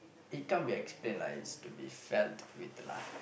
it can't be explained lah it's to be felt with lah